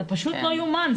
זה פשוט לא יאומן.